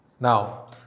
Now